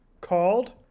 called